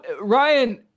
Ryan